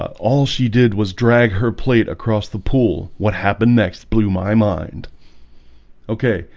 all she did was drag her plate across the pool. what happened next blew my mind okay,